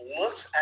looks